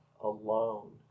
alone